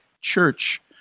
Church